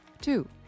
Two